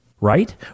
Right